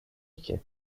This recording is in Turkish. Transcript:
iki